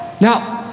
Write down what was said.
Now